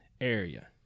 area